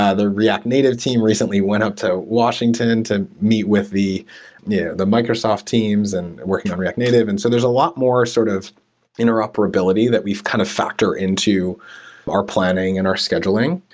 ah the react native team recently went up to washington to meet with the yeah the microsoft teams and working on react native. and so, there's a lot more sort of interoperability that we've kind of factor into our planning and our scheduling.